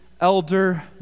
elder